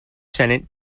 senate